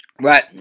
Right